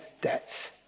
debts